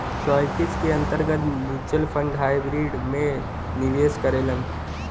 securities के अंतर्गत mutual fund hybrid में में निवेश करेलन